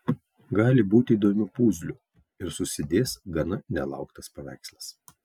gali būti įdomių puzlių ir susidės gana nelauktas paveikslas